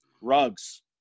Rugs